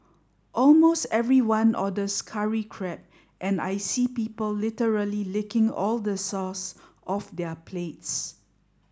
almost everyone orders curry crab and I see people literally licking all the sauce off their plates